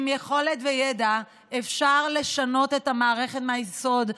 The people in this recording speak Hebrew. יכולת וידע אפשר לשנות את המערכת מהיסוד.